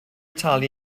talu